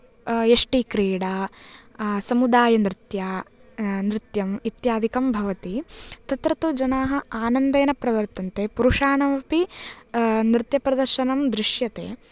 यष्टिक्रीडा समुदायनृत्या नृत्यम् इत्यादि भवति तत्र तु जनाः आनन्देन प्रवर्तन्ते पुरुषाणामपि नृत्यप्रदर्शनम् दृष्यते